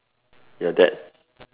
ya that